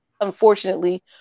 Unfortunately